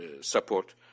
support